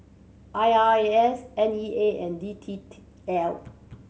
I R A S N E A and D T T L